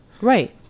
Right